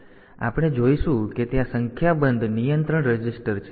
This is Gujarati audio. તેથી આપણે જોઈશું કે ત્યાં સંખ્યાબંધ નિયંત્રણ રજીસ્ટર છે